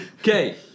okay